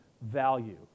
value